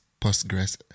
postgres